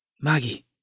Maggie